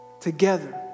together